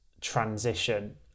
transition